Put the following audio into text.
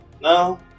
No